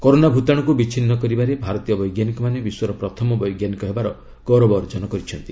corona ଭୂତାଣୁକୁ ବିଚ୍ଛିନ୍ନ କରିବାରେ ଭାରତୀୟ ବୈଜ୍ଞାନିକମାନେ ବିଶ୍ୱର ପ୍ରଥମ ବୈଜ୍ଞାନିକ ହେବାର ଗୌରବ ଅର୍ଜନ କରିଛନ୍ତି